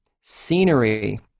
Scenery